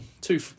two